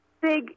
big